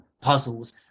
puzzles